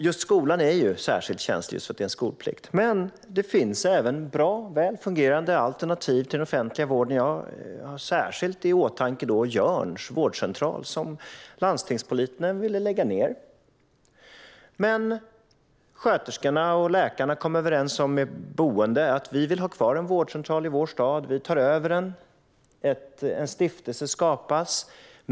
Just skolan är särskilt känslig, eftersom vi har skolplikt. Det finns bra och väl fungerande alternativ till den offentliga vården. Jag har särskilt Jörns vårdcentral i åtanke. Den ville landstingspolitikerna lägga ned, men sköterskorna och läkarna kom överens med de boende att de ville ha kvar en vårdcentral på orten och att de ville ta över den. En stiftelse skapades.